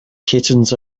kittens